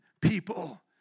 people